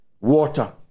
water